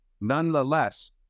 Nonetheless